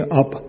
up